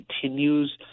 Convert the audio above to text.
continues